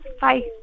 Bye